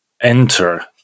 enter